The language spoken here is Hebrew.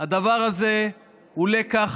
הדבר הזה הוא לקח